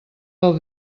del